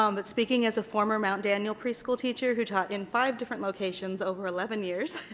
um but speaking as a former mount daniel preschool teacher who taught in five different locations over eleven years,